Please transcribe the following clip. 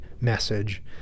message